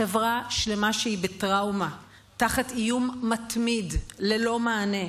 חברה שלמה שהיא בטראומה תחת איום מתמיד ללא מענה.